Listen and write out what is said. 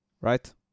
right